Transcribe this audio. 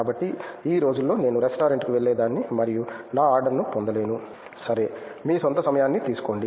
కాబట్టి ఈ రోజుల్లో నేను రెస్టారెంట్కు వెళ్లేదాన్ని మరియు నా ఆర్డర్ను పొందలేను సరే మీ స్వంత సమయాన్ని తీసుకోండి